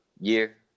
year